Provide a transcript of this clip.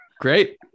Great